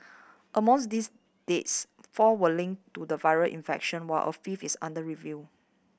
among these deaths four were linked to the viral infection while a fifth is under review